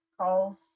calls